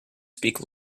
speak